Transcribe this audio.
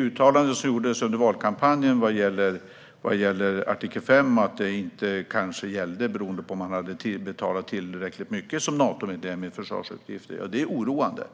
Uttalandet som gjordes under valkampanjen om artikel 5 - att denna kanske inte skulle gälla beroende på om ett Natomedlemsland hade betalat tillräckligt mycket för försvarsutgifter - är oroande.